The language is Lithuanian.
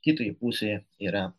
kitoje pusėje yra